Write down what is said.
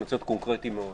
אני רוצה להיות קונקרטי מאוד.